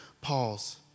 Pause